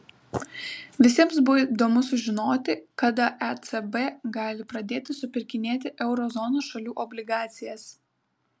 visiems buvo įdomu sužinoti kada ecb gali pradėti supirkinėti euro zonos šalių obligacijas